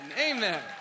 amen